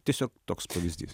tiesiog toks pavyzdys